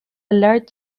alert